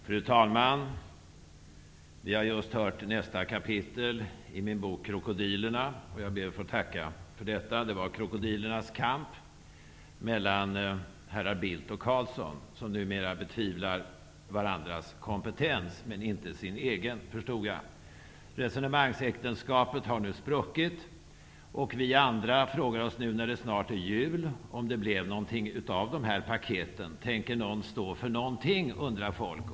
Fru talman! Vi har just hört nästa kapitel i min bok Krokodilerna. Jag ber att få tacka för detta. Det var krokodilernas kamp mellan herrar Bildt och Carlsson, som numera betvivlar varandras kompetens men inte sin egen. Resonemangsäktenskapet har nu spruckit, och vi andra frågar oss nu när det snart är jul om det blev något av paketen. Tänker någon stå för någonting? undrar folk.